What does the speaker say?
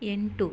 ಎಂಟು